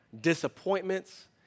disappointments